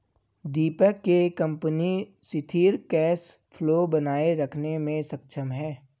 दीपक के कंपनी सिथिर cash flow बनाए रखने मे सक्षम है